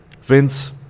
Vince